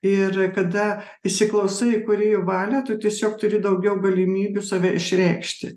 ir kada įsiklausai į kūrėjo valią tu tiesiog turi daugiau galimybių save išreikšti